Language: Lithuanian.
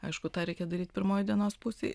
aišku tą reikia daryt pirmoj dienos pusėj